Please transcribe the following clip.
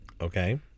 Okay